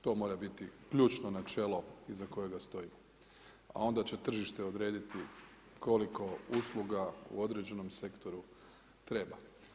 To mora biti ključno načelo iza kojega stojimo, a onda će tržište odrediti koliko usluga u određenom sektoru treba.